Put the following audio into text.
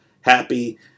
happy